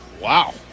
Wow